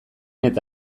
eta